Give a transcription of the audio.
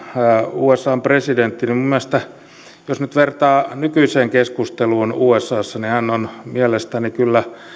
usan presidentti jos nyt vertaa nykyiseen keskusteluun usassa on mielestäni kyllä